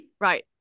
Right